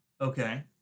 Okay